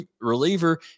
reliever